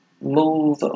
move